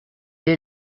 est